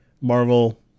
Marvel